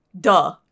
duh